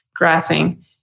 grassing